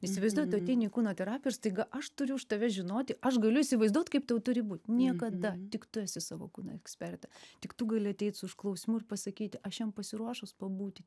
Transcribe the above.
įsivaizduoji tu ateini į kūno terapiją ir staiga aš turiu už tave žinoti aš galiu įsivaizduot kaip tau turi būt niekada tik tu esi savo kūno ekspertė tik tu gali ateiti su užklausimu ir pasakyti aš šian pasiruošus pabūti